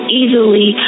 easily